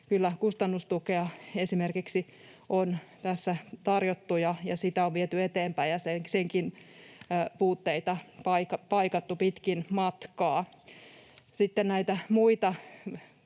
kustannustukea on tässä tarjottu ja sitä on viety eteenpäin ja senkin puutteita paikattu pitkin matkaa.